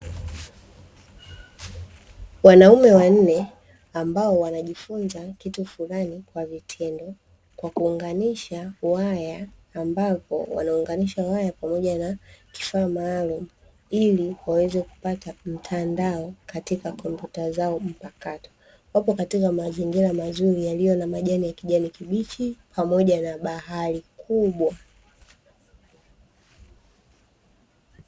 Wanaume wanne ambao wanajifunza kitu flani kwa vitendo, kwa kuunganisha waya ambapo wanaunganisha waya pamoja na kifaa maalumu, ili waweze kupata mtandao katika kompyuta zao mpakato. Wapo katika mazingira mazuri yaliyo na majani ya kijani kibichi, pamoja na bahari kubwa.